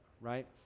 right